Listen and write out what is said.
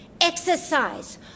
exercise